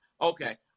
Okay